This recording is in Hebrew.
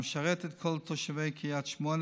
הוא משרת את כל תושבי קריית שמונה